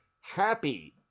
happy